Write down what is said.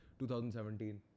2017